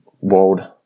world